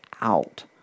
out